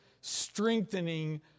strengthening